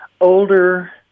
older